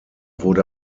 wurde